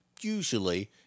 usually